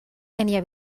tenia